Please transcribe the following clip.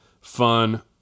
fun